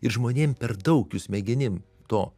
ir žmonėm per daug jų smegenim to